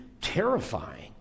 terrifying